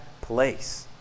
place